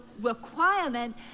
requirement